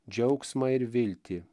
džiaugsmą ir viltį